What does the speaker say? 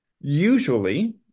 Usually